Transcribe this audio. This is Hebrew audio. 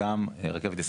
וגם רכבת ישראל,